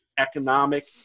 economic